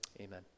amen